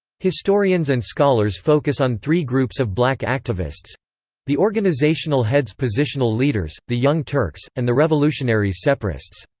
historians and scholars focus on three groups of black activists the organizational heads-positional leaders, the young turks, and the revolutionaries-separists.